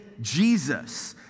Jesus